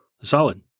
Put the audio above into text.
Solid